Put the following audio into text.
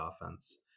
offense